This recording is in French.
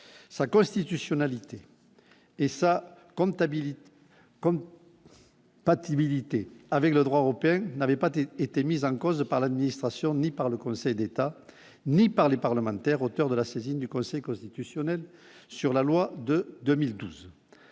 sa constitutionnalité et ça comptabilité comme Patty milité avec le droit européen n'avait pas était mise en cause par l'administration, ni par le Conseil d'État, ni par les parlementaires, auteurs de la saisine du Conseil constitutionnel sur la loi de 2012,